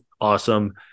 awesome